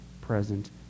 present